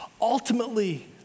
ultimately